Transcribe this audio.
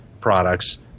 products